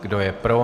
Kdo je pro?